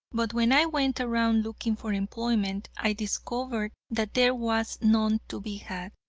but when i went around looking for employment, i discovered that there was none to be had.